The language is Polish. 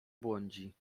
błądzi